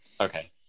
Okay